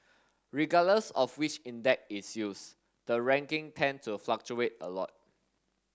regardless of which index is used the ranking tend to fluctuate a lot